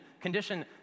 condition